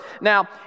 Now